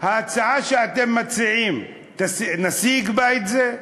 ההצעה שאתם מציעים, נשיג בה את זה?